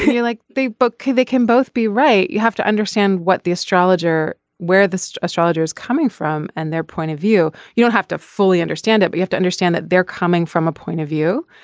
yeah like the book. they can both be right. you have to understand what the astrologer where this astrologer is coming from and their point of view. you don't have to fully understand it. but you have to understand that they're coming from a point of view.